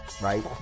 right